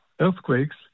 earthquakes